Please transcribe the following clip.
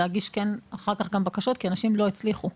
להגיש אחר כך בקשות כי אנשים לא הצליחו.